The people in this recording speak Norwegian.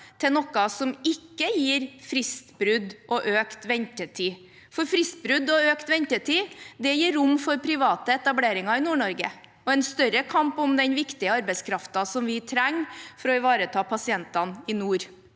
til noe som ikke gir fristbrudd og økt ventetid. Fristbrudd og økt ventetid gir rom for private etableringer i Nord-Norge og en større kamp om den viktige arbeidskraften vi trenger for å ivareta pasientene i nord.